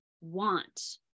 want